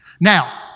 Now